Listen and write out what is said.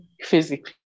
physically